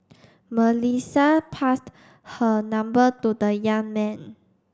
Melissa passed her number to the young man